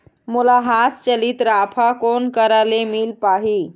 मोला हाथ चलित राफा कोन करा ले मिल पाही?